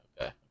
okay